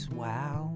wow